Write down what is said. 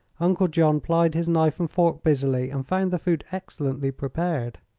uncle john plied his knife and fork busily and found the food excellently prepared.